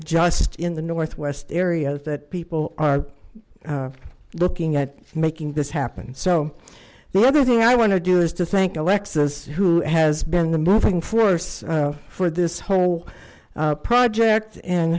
just in the northwest area that people are looking at making this happen so the other thing i want to do is to thank alexis who has been the moving force for this whole project and